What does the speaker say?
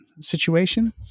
situation